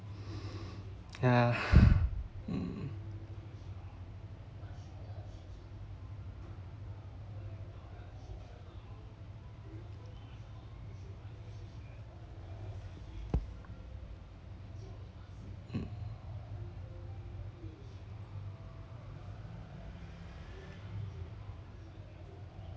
yeah mm mm